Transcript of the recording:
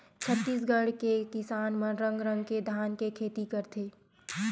छत्तीसगढ़ के किसान मन रंग रंग के धान के खेती करथे